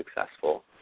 successful